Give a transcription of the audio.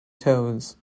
toes